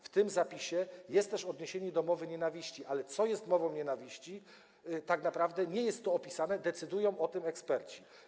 W tym zapisie jest też odniesienie do mowy nienawiści, ale o tym, co jest mową nienawiści, bo tak naprawę nie jest to opisane, decydują eksperci.